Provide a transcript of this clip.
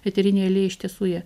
eteriniai aliejai iš tiesų jie